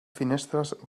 finestres